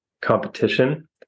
competition